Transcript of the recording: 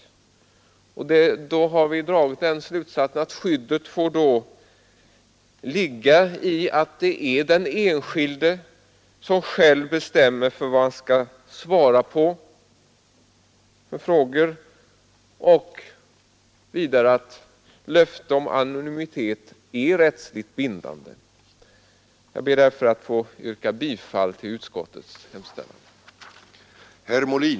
Vi har då dragit slutsatsen att skyddet får ligga i att den enskilde själv bestämmer 21 vilka frågor han skall svara på och att löften om anonymitet är rättsligt bindande. Jag ber därför att få yrka bifall till utskottets hemställan.